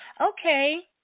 Okay